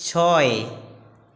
ছয়